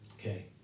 Okay